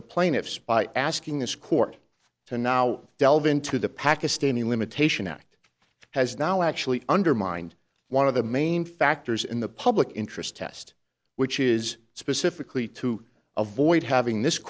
the plaintiffs by asking this court to now delve into the pakistani limitation act has now actually undermined one of the main factors in the public interest test which is specifically to avoid having this